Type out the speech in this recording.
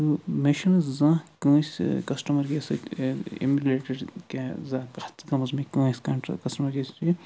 تہٕ مےٚ چھُنہٕ زانٛہہ کٲنٛسہِ کَسٹَمَرکِس سۭتۍ یا اَمہِ رِلیٹٕڈ کیٚنٛہہ زانٛہہ کَتھ گٔمٕژ بیٚیہِ کٲنٛسہِ کنٛٹرٛٮ۪کَس مَنز